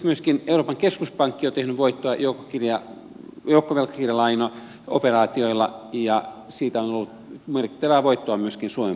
myöskin euroopan keskuspankki on tehnyt voittoa joukkovelkakirjalainaoperaatioilla ja siitä on ollut merkittävää voittoa myöskin suomen pankille